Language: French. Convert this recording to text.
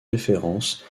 référence